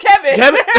Kevin